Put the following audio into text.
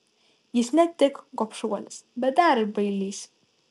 jis ne tik gobšuolis bet dar ir bailys